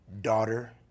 daughter